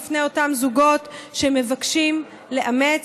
בפני אותם זוגות שמבקשים לאמץ.